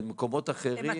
למקומות אחרים.